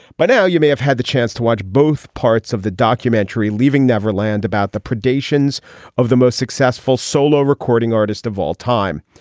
but now you may have had the chance to watch both parts of the documentary leaving neverland about the predations of the most successful solo recording artist of all time.